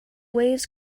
waves